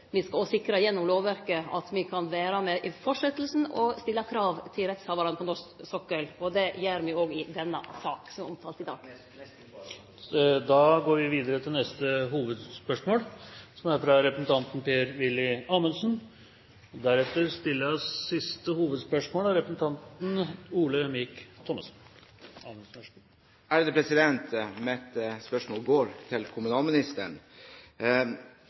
Me skal sikre gjennom lovverket at me kan vere med i fortsetjinga og stille krav til rettshavarane på norsk sokkel. Det gjer me òg i denne saka som er omtalt i dag. Jeg fikk nesten svar på spørsmålet. Vi går videre til neste hovedspørsmål. Mitt spørsmål går til